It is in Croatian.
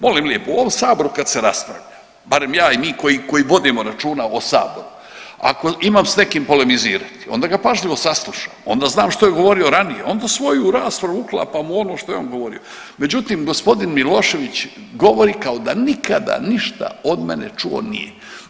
Molim lijepo, u ovom Saboru kad se raspravlja, barem ja i mi koji vodimo računa o Saboru, ako imam s nekim polemizirati, onda ga pažljivo saslušam, onda znam što je govorio ranije, onda svoju raspravu uklapam u ono što je on govorio, međutim, g. Milošević govori kao nikada ništa od mene čuo nije.